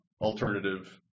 Alternative